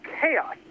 chaos